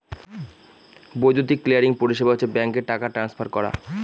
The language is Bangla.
বৈদ্যুতিক ক্লিয়ারিং পরিষেবা হচ্ছে ব্যাঙ্কে টাকা ট্রান্সফার করা